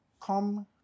Come